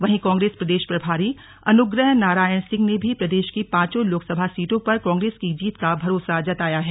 वहीं कांग्रेस प्रदेश प्रभारी अनुग्रह नारायण सिंह ने भी प्रदेश की पांचों लोकसभा सीटों पर कांग्रेस की जीत का भरोसा जताया है